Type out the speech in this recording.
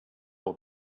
will